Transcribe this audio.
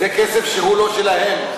זה כסף שהוא לא שלהם,